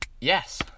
Yes